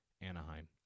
Anaheim